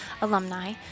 alumni